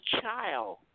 child